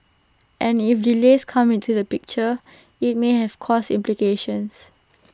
and if delays come into the picture IT may have cost implications